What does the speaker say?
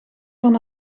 van